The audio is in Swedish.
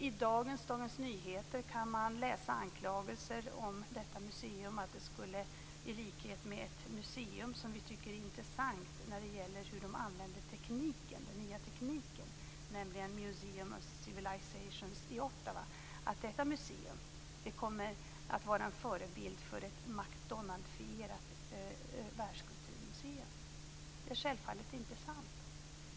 I dagens Dagens Nyheter kan man läsa anklagelser om att ett museum som vi tycker är intressant när det gäller hur man använder den nya tekniken, nämligen Museum of Civilization i Ottawa, kommer att vara förebild för ett MacDonaldfierat världskulturmuseum. Det är självfallet inte sant.